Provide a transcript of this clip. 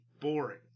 boring